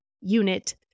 unit